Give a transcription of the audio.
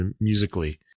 musically